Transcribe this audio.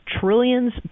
trillions